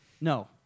No